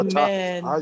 Amen